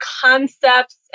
concepts